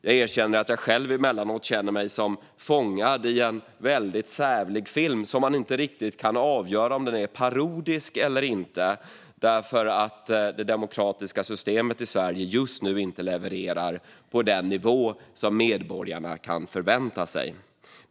Jag erkänner att jag själv emellanåt känner mig som fångad i en väldigt sävlig film som man inte riktigt kan avgöra om den är parodisk eller inte, för just nu levererar inte det demokratiska systemet i Sverige på den nivå som medborgarna kan förvänta sig.